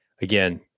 again